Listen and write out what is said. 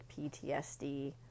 PTSD